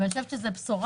ואני חושבת שזאת בשורה,